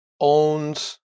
owns